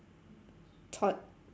thought